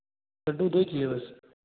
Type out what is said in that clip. लड्डू दो ही किए बस